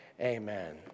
Amen